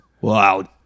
Wow